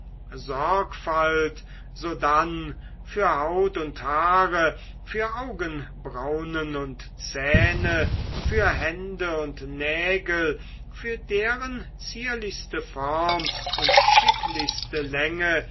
sorgfalt sodann für haut und haare für augenbraunen und zähne für hände und nägel für deren zierlichste form und schicklichste länge